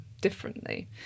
differently